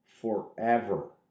forever